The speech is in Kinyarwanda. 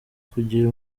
kugira